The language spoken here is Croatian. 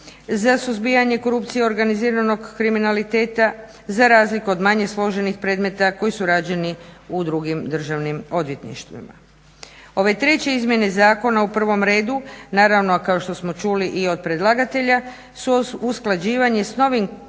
su rađeni isključivo u USKOK-u za razliku od manje složenih predmeta koji su rađeni u drugim državnim odvjetništvima. Ove treće izmjene zakona u prvom redu naravno a što smo čuli i od predlagatelja su usklađivanje s novim KZ-om